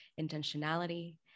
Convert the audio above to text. intentionality